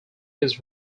his